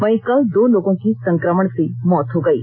वहीं कल दो लोगों की संकमण से मौत हो गयी